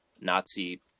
Nazi